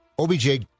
OBJ